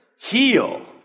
Heal